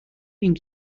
ink